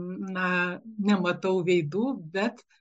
na nematau veidų bet